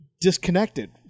disconnected